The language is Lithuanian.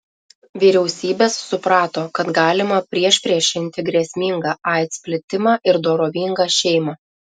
vyriausybės suprato kad galima priešpriešinti grėsmingą aids plitimą ir dorovingą šeimą